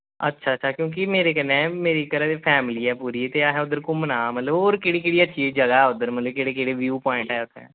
अच्छा अच्छा क्योंकि मेरे कन्नै मेरे घऱे दी फैमली ऐ पूरी असें उद्धर घूमना ऐ ते मतलब होर केह्ड़ी केह्ड़ी अच्ची जगह ऐ उद्धर मतलब केह्ड़े केह्ड़े ब्यू पवाइंट ऐ उत्थै